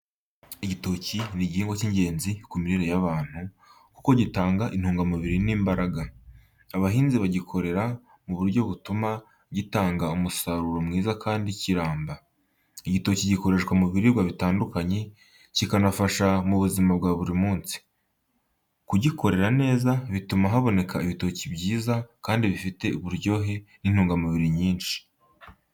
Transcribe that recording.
Igitoki ni igihingwa cy’ingenzi ku mirire y’abantu, kuko gitanga intungamubiri n’imbaraga. Abahinzi bagikorera ku buryo butuma gitanga umusaruro mwiza kandi kiramba. Igitoki gikoreshwa mu biribwa bitandukanye, kikanafasha mu buzima bwa buri munsi. Kugikorera neza bituma haboneka ibitoki byiza kandi bifite uburyohe n’intungamubiri nyinshi.